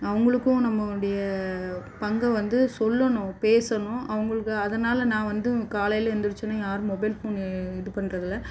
அவங்களுக்கும் நம்முடைய பங்கை வந்து சொல்லணும் பேசணும் அவங்களுக்கு அதனால் நான் வந்து காலையில் எழுந்திருச்சவொன்னே யாரும் மொபைல் ஃபோன் இது பண்ணுறதில்ல